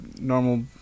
normal